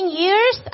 years